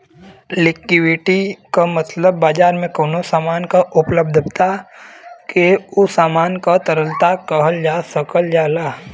liquidity क मतलब बाजार में कउनो सामान क उपलब्धता के उ सामान क तरलता कहल जा सकल जाला